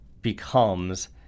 becomes